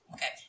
Okay